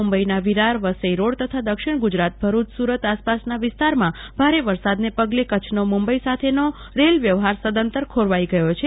મુંબઈના વિરાર વસઈ રોડ તથા દક્ષીણ ગુજરાતના ભરૂચ સુરત આસપાસના વિસ્તારમાં ભારે વરસાદને પગલે કચ્છનો મુંબઈ સાથેનો રેલ વ્યવહાર સદંતર ખોરવાઈ ગયો છે